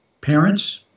parents